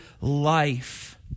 life